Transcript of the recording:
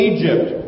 Egypt